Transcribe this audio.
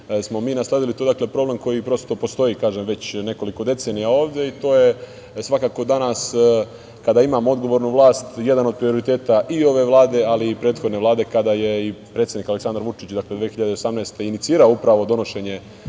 smo mi nasledili, to je problem koji postoji već nekoliko decenija ovde. To je svakako danas kada imamo odgovornu vlast jedan od prioriteta i ove Vlade i prethodne Vlade, kada je predsednik Aleksandar Vučić 2018. godine inicirao upravo donošenje